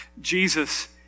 Jesus